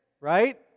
right